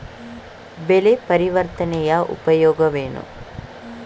ಬೆಳೆ ಪರಿವರ್ತನೆಯ ಉಪಯೋಗವೇನು?